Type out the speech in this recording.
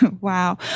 Wow